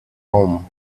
home